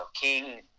king